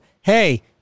hey